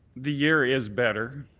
the year is better.